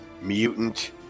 mutant